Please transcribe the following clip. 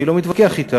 אני לא מתווכח אתה,